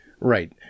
Right